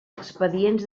expedients